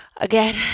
again